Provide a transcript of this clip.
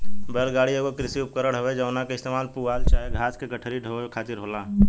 बैल गाड़ी एगो कृषि उपकरण हवे जवना के इस्तेमाल पुआल चाहे घास के गठरी के ढोवे खातिर होला